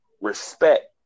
respect